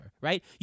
right